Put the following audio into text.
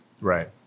Right